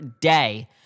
day